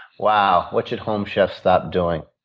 wow, what should home chefs stop doing?